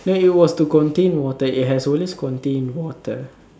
no it was to contain water it has always contained water